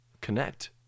Connect